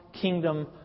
kingdom